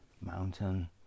mountain